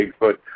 Bigfoot